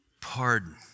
pardon